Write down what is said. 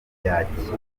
yakinnye